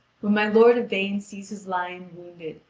when my lord yvain sees his lion wounded,